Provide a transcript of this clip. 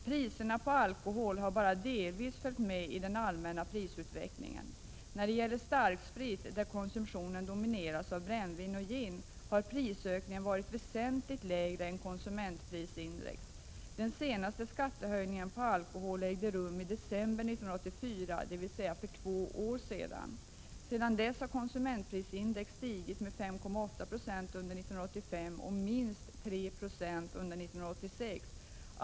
Priserna på alkohol har bara delvis följt med i den allmänna prisutvecklingen. När det gäller starksprit, där konsumtionen domineras av brännvin och gin, har prisökningen varit väsentligt lägre än konsumentprisindex. Den senaste skattehöjningen på alkohol ägde rum i december 1984, dvs. för två år sedan. Sedan dess har konsumentprisindex stigit med 5,8 26 under 1985 och med minst 3 70 under 1986.